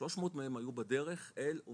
300 מהם היו בדרך אל,